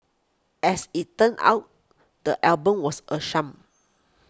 as it turns out the album was a sham